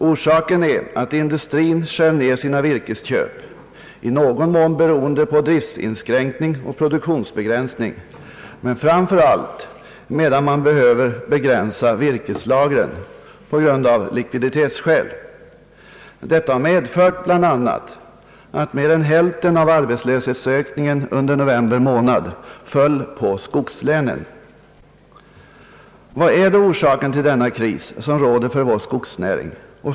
Orsaken härtill är att industrin skär ned sina virkesköp, i någon mån beroende på driftinskränkningar och produktionsbegränsning men framför allt emedan man behöver begränsa virkeslagren på grund av likviditetsskäl. Detta har medfört bl.a., att mer än hälften av arbetslöshetsökningen under november månad föll på skogslänen. Vad är då orsaken till den kris som råder för vår skogsnäring?